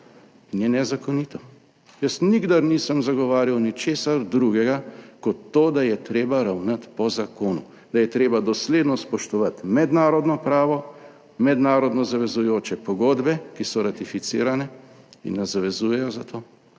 in je nezakonito. Jaz nikdar nisem zagovarjal ničesar drugega kot to, da je treba ravnati po zakonu, da je treba dosledno spoštovati mednarodno pravo, mednarodno zavezujoče pogodbe, ki so ratificirane in nas zavezujejo za to,